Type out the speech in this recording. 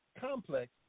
complex